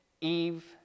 Eve